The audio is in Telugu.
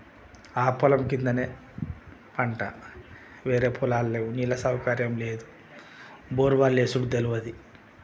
ఆ పొలం కిందనే పంట వేరే పొలాల్లో నీళ్ల సౌకర్యం లేదు బోర్ బావులు వేసుంటారు అది